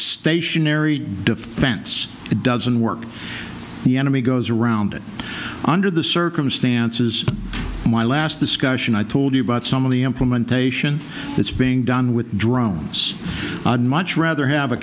stationary defense it doesn't work the enemy goes around it under the circumstances my last discussion i told you about some of the implementation that's being done with drones much rather have a